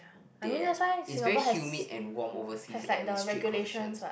they it's very humid and warm overseas and in street conditions